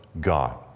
god